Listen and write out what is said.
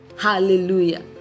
Hallelujah